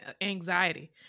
anxiety